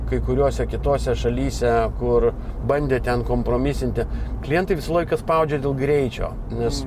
kai kuriuose kitose šalyse kur bandė ten kompromisinti klientai visą laiką spaudžia dėl greičio nes